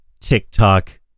TikTok